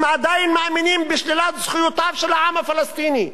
הם עדיין מאמינים בשלילת זכויותיו של העם הפלסטיני,